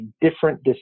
different